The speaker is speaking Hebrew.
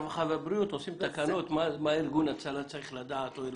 הרווחה והבריאות עושים תקנות מה צריך לדעת ארגון הצלה.